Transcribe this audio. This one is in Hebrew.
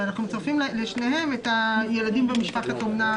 אנחנו מצרפים לשניהם ילדים במשפחת אומנה,